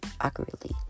accurately